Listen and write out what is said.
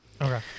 okay